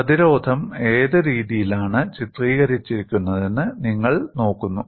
പ്രതിരോധം ഏത് രീതിയിലാണ് ചിത്രീകരിച്ചിരിക്കുന്നതെന്ന് നിങ്ങൾ നോക്കുന്നു